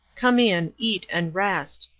come in, eat, and rest.